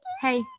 Hey